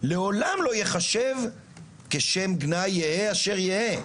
לעולם לא ייחשב כשם גנאי יהא אשר יהא,